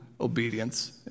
obedience